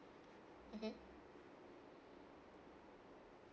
(uh huh)